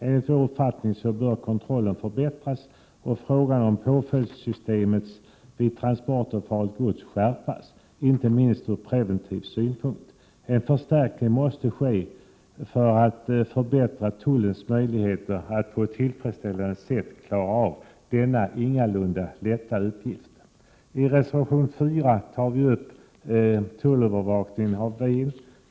Enligt vår uppfattning bör kontrollen förbättras och påföljdssystemet vid transporter av farligt gods skärpas, inte minst i preventivt syfte. En förstärkning måste ske för att förbättra tullens möjligheter att på ett tillfredsställande sätt klara av denna ingalunda lätta uppgift. I reservation 4 tar vi upp tullövervakningen av Ven.